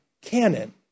canon